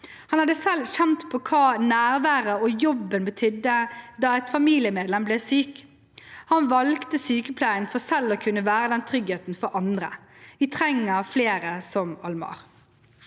Han hadde selv kjent på hva nærværet og jobben betydde da et familiemedlem ble syk. Han valgte sykepleien for selv å kunne være den tryggheten for andre. Vi trenger flere som Almar.